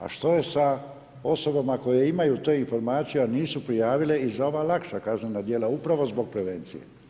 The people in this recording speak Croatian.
A što je sa osobama koje imaju te informacije, a nisu prijavile i za ova lakša kaznena djela upravo zbog prevencije?